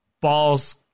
balls